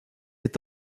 est